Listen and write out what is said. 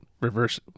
reverse